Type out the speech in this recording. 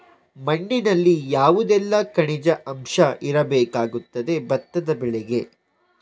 ಮಣ್ಣಿನಲ್ಲಿ ಯಾವುದೆಲ್ಲ ಖನಿಜ ಅಂಶ ಇರಬೇಕಾಗುತ್ತದೆ ಭತ್ತದ ಬೆಳೆಗೆ?